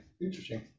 interesting